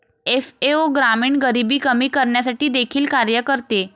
FAO ग्रामीण गरिबी कमी करण्यासाठी देखील कार्य करते